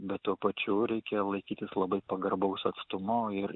be tuo pačiu reikia laikytis labai pagarbaus atstumo ir